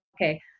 okay